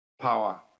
power